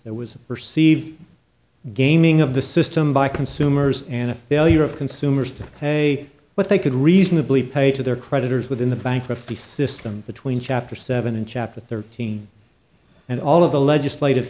that was perceived gaming of the system by consumers and a failure of consumers to pay what they could reasonably pay to their creditors within the bankruptcy system between chapter seven and chapter thirteen and all of the legislative